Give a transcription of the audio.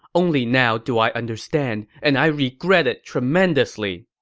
only now do i understand, and i regret it tremendously!